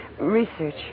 Research